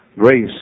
grace